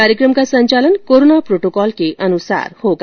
कार्यक्रम का संचालन कोरोना प्रोटोकॉल के अनुसार होगा